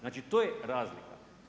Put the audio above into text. Znači to je razlika.